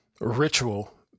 ritual